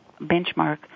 benchmark